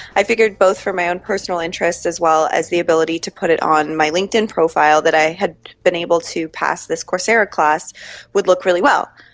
i figured both for my own personal interests as well as the ability to put it on my linkedin profile that i had been able to pass this coursera class would look really well.